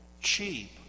cheap